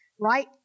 right